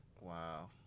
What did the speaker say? Wow